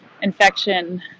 infection